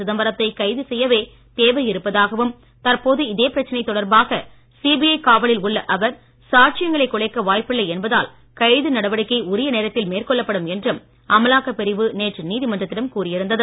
சிதம்பரத்தை கைது செய்யவே தேவை இருப்பதாகவும் தற்போது இதே பிரச்சனை தொடர்பாக சிபிஐ காவலில் உள்ள அவர் சாட்சியங்களை குலைக்க வாய்ப்பில்லை என்பதால் கைது நடவடிக்கை உரிய நேரத்தில் மேற்கொள்ளப்படும் என்றும் அமலாக்கப் பிரிவு நேற்று நீதிமன்றத்திடம் கூறியிருந்தது